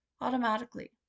Automatically